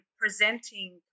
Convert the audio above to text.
presenting